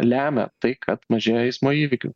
lemia tai kad mažėja eismo įvykių